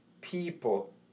people